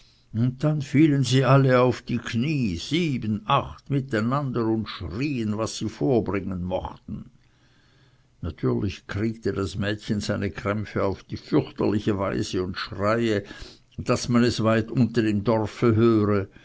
und dann fielen sie alle auf die knie sieben achte mit einander und schrien was sie vorbringen mochten natürlich kriege das mädchen seine krämpfe auf die fürchterlichste weise und schreie daß man es weit unten im dorfe höre